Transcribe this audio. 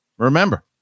Remember